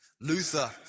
Luther